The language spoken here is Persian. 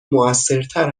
موثرتر